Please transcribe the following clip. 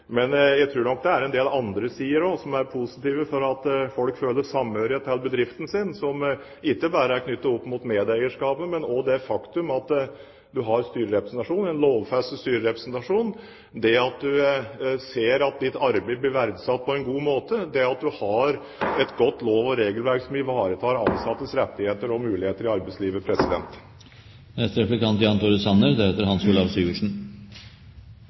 Men jeg tror nok at det er en del andre sider også som er positive for at folk føler samhørighet til bedriften, som ikke bare er knyttet opp mot medeierskapet, men også det faktum at en har lovfestet rett til styrerepresentasjon, at du ser at ditt arbeid blir verdsatt på en god måte , og at du har et godt lov- og regelverk som ivaretar ansattes rettigheter og muligheter i arbeidslivet. Finansministerens innlegg var preget av mye nostalgi. Det er